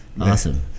Awesome